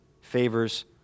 favors